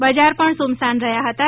બજાર પણ સૂમસામ રહ્યા હતાં